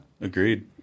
Agreed